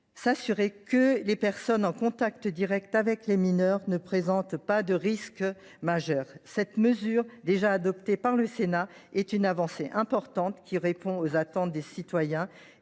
s’assurer que les personnes en contact direct avec les mineurs ne présentent pas de risque majeur. Cette mesure, déjà adoptée par le Sénat, est une avancée importante, qui répond aux attentes des citoyens